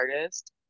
artist